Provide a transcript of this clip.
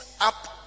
up